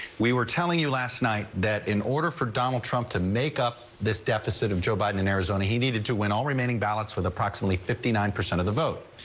we were telling you last night that in order for donald trump to make up this deficit of joe biden and arizona he needed to win all remaining ballots with approximately fifty nine percent of the vote.